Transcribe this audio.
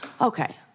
okay